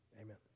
amen